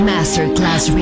Masterclass